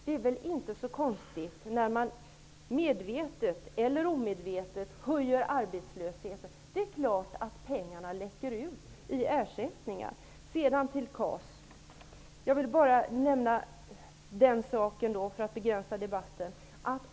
Det är väl inte så konstigt när man medvetet eller omedvetet medverkar till att öka arbetslösheten. Då är det klart att pengarna läcker ut i ersättningar. Sedan till frågan om KAS. Jag vill nämna bara en sak för att begränsa debatten.